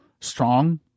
strong